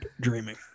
dreaming